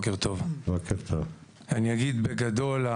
אני אגיד בגדול,